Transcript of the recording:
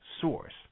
source